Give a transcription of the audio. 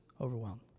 overwhelmed